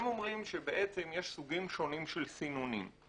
הם אומרים שבעצם יש סוגים שונים של סינונים.